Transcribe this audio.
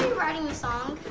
writing the song?